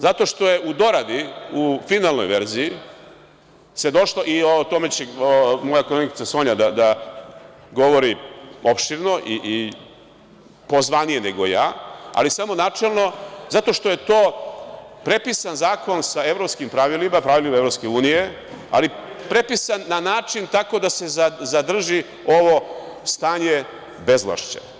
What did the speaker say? Zato što se u doradi, u finalnoj verziji, došlo, to će moja koleginica Sonja da govori opširno i pozvanije nego ja, ali samo načelno, zato što je to prepisan zakon sa evropskim pravilima, pravilima EU, ali prepisan na način tako da se zadrži ovo stanje bezvlašća.